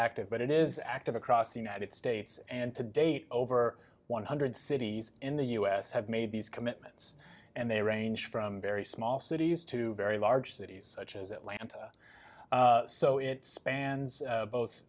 active but it is active across the united states and to date over one hundred cities in the u s have made these commitments and they range from very small cities to very large cities such as atlanta so it spans both